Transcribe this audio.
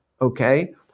okay